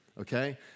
okay